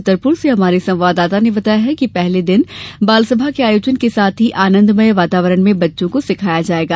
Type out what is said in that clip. छतरपुर से हमारे संवाददाता ने बताया कि सत्र के पहले दिन बालसभा के आयोजन के साथ ही आनंदमय वातावरण में बच्चों को सिखाया जाएगा